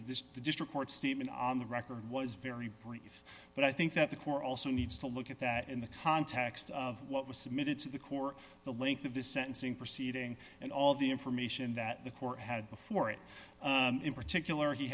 court statement on the record was very brief but i think that the core also needs to look at that in the context of what was submitted to the core the length of the sentencing proceeding and all the information that the court had before it in particular he